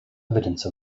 evidence